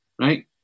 right